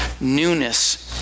newness